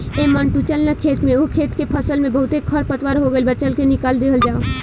ऐ मंटू चल ना खेत में ओह खेत के फसल में बहुते खरपतवार हो गइल बा, चल के निकल दिहल जाव